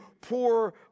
poor